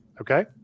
okay